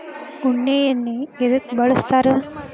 ಉಣ್ಣಿ ಎಣ್ಣಿ ಎದ್ಕ ಬಳಸ್ತಾರ್?